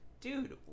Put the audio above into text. Dude